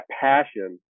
passion